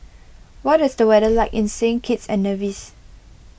what is the weather like in Saint Kitts and Nevis